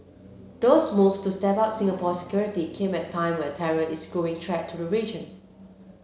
those moves to step up Singapore's security came at a time when terror is a growing threat to the region